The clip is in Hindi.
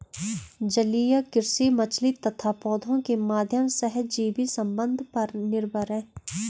जलीय कृषि मछली तथा पौधों के माध्यम सहजीवी संबंध पर निर्भर है